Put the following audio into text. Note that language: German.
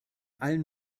allen